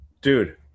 dude